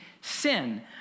sin